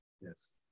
Yes